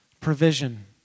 provision